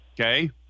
Okay